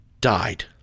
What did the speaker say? died